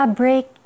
break